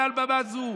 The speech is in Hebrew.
מעל במה זו,